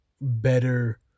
better